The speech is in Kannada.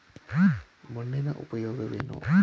ಮಣ್ಣಿನ ಉಪಯೋಗವೇನು?